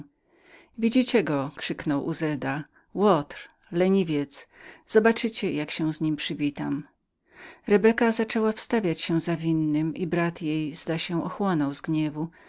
widzicie go krzyknął uzeda łotr leniwiec zobaczycie jak się z nim przywitam rebeka jęła wstawiać się za winnym i kabalista zdawał się ochłaniać z gniewu